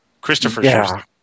Christopher